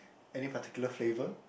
any particular flavour